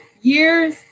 Years